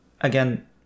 Again